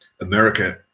america